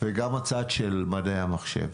וגם הצד של מדעי המחשב.